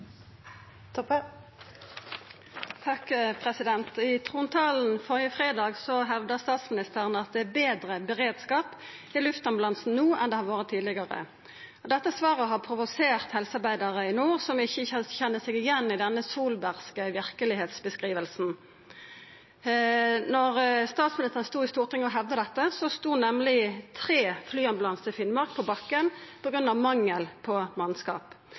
I trontaledebatten førre fredag hevda statsministeren at det er betre beredskap i luftambulansetenesta no enn det har vore tidlegare. Dette svaret har provosert helsearbeidarar i nord, som ikkje kjenner seg igjen i denne solbergske verkelegheitsbeskrivinga. Då statsministeren stod i Stortinget og hevda dette, stod nemleg tre flyambulansar i Finnmark på bakken på grunn av mangel på mannskap.